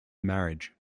marriage